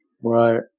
Right